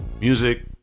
Music